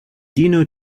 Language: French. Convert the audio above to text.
dino